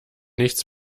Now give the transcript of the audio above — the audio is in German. nichts